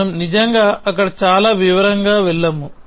మనము నిజంగా అక్కడ చాలా వివరంగా వెళ్ళము